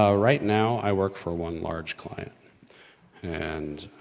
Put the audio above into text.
um right now i work for one large client and